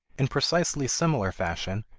in precisely similar fashion,